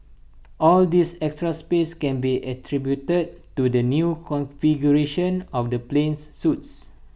all this extra space can be attributed to the new configuration of the plane's suites